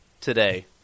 today